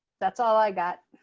that's all i got.